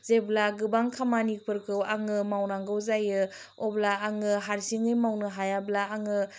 जेब्ला गोबां खामानिफोरखौ आङो मावांगौ जायो अब्ला आङो हारसिङै मावनो हायाब्ला आङो